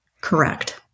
Correct